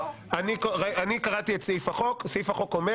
אני קראתי את סעיף החוק וסעיף החוק אומר